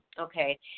Okay